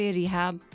rehab